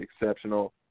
exceptional